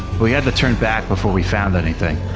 we had to turn back before we found anything.